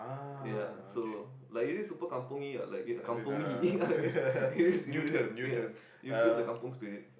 ya so like is it super kampungy [what] like kampungy I mean it's really ya you feel the kampung Spirit